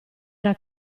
era